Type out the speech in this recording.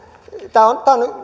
tämä on